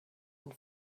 and